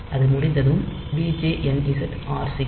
அது முடிந்ததும் djnz r6 loop 1